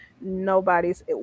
Nobody's